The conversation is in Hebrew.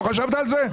לא חשבת על זה?